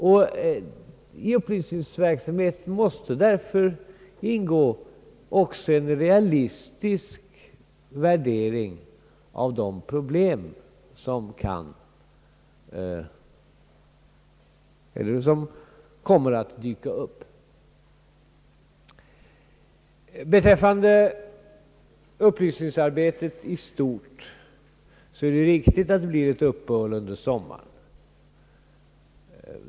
I upplysningsverksamheten måste därför ingå också en realistisk värdering av de problem som kommer att dyka upp. Det är riktigt att det blir ett uppe håll i upplysningsarbetet under sommaren.